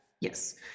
Yes